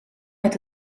met